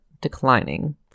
declining